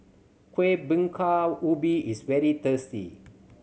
Kuih Bingka Ubi is very tasty